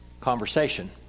conversation